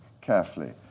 carefully